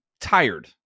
tired